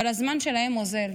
אבל הזמן שלהם אוזל.